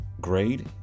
grade